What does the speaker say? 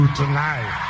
tonight